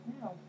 No